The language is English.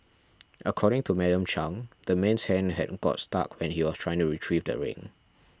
according to Madam Chang the man's hand had got stuck when he was trying to retrieve the ring